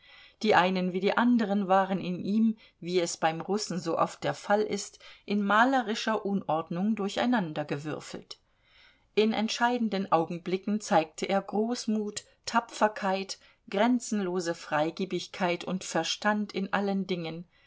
die einen wie die anderen waren in ihm wie es beim russen so oft der fall ist in malerischer unordnung durcheinandergewürfelt in entscheidenden augenblicken zeigte er großmut tapferkeit grenzenlose freigebigkeit und verstand in allen dingen